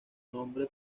nombre